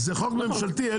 זה חוק ממשלתי.